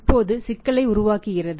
இது சிக்கலை உருவாக்குகிறது